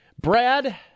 Brad